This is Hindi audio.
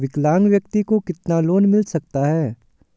विकलांग व्यक्ति को कितना लोंन मिल सकता है?